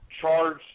charge